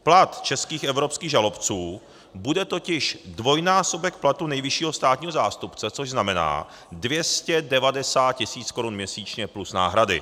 Plat českých evropských žalobců bude totiž dvojnásobek platu nejvyššího státního zástupce, což znamená 290 tisíc korun měsíčně plus náhrady.